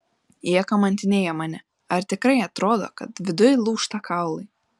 jie kamantinėja mane ar tikrai atrodo kad viduj lūžta kaulai